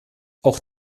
auch